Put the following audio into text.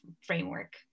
framework